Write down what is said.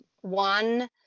One